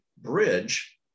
bridge